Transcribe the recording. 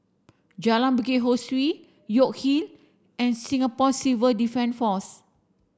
Jalan Bukit Ho Swee York Hill and Singapore Civil Defence Force